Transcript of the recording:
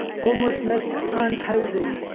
homelessness and housing.